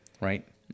right